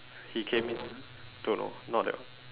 he came in don't know not that one